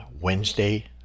Wednesday